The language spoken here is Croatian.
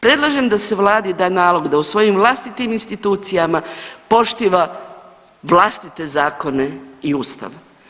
Predlažem da se vladi da nalog da u svojim vlastitim institucijama poštiva vlastite zakone i Ustav.